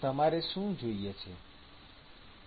તમારે શું જોઈએ છે